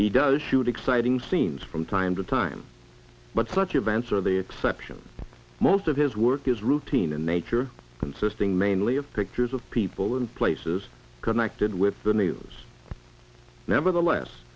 he does shoot exciting scenes from time to time but such events are the exceptions most of his work is routine in nature consisting mainly of pictures of people and places connected with the news nevertheless